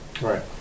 right